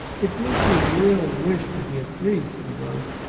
if mitri really wished to be a priest, he wrote,